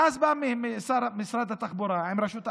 ואז בא משרד התחבורה עם רשות האכיפה,